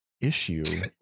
issue